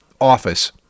office